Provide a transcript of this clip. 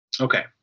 Okay